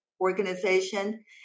organization